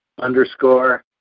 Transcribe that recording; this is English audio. underscore